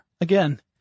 again